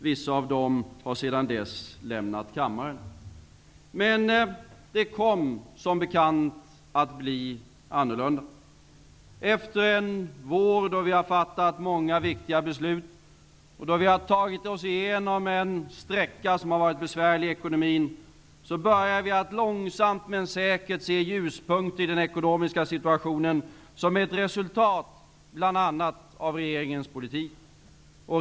Vissa av dem har sedan dess lämnat kammaren. Men det kom som bekant att bli annorlunda. Efter en vår då vi har fattat många viktiga beslut och då vi har tagit oss igenom en sträcka som varit besvärlig i ekonomin, börjar vi att långsamt men säkert se ljuspunkter i den ekonomiska situationen, bl.a. som ett resultat av regeringens politik.